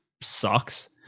sucks